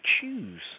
choose